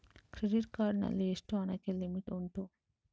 Credit card ನಲ್ಲಿ ಎಷ್ಟು ಹಣಕ್ಕೆ ಲಿಮಿಟ್ ಉಂಟು?